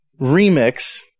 Remix